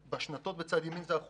בצד ימין אתם רואים את האחוזים,